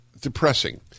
depressing